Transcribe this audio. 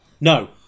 no